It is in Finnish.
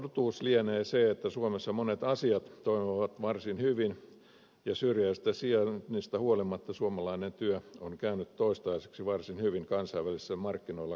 totuus lienee se että suomessa monet asiat toimivat varsin hyvin ja syrjäisestä sijainnista huolimatta suomalainen työ on käynyt toistaiseksi varsin hyvin kansainvälisillä markkinoilla kaupaksi